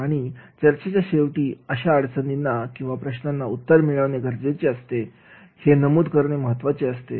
आणि चर्चेच्या शेवटी अशा अडचणींना किंवा प्रश्नांना उत्तर मिळणे गरजेचे असते हे नमूद करणे महत्त्वाचे असते